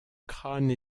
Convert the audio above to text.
crâne